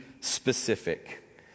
specific